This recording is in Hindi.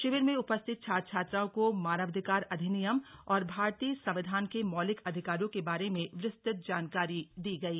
शिविर में उपस्थित छात्र छात्राओं को मानवाधिकार अधिनियम और भारतीय संविधान के मौलिक अधिकारों के बारे में विस्तृत जानकारी दी गयी